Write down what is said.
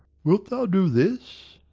wilt thou do this?